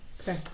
Okay